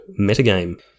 metagame